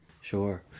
Sure